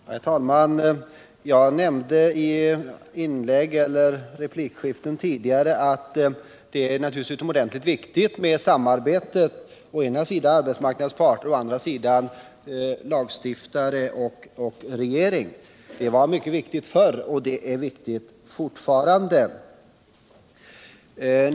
Herr talman! Jag nämnde i ett tidigare replikskifte att det naturligtvis är utomordentligt viktigt med samarbete mellan å ena sidan arbetsmarknadens parter och å andra sidan lagstiftare och regering. Det var mycket viktigt förr, och det är mycket viktigt fortfarande.